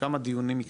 כמה דיונים מקצועיים,